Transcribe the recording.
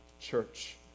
church